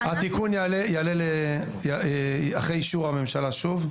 התיקון יעלה אחרי אישור הממשלה שוב.